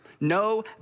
no